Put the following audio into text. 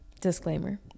Disclaimer